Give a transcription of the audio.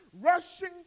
rushing